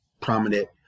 prominent